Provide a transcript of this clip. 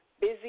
busy